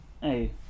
hey